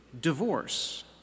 divorce